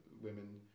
women